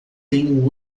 tenho